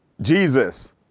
Jesus